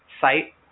site